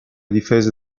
difese